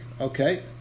okay